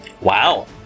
Wow